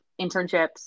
internships